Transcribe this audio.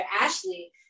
Ashley